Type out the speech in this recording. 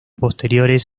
posteriores